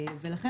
לכן,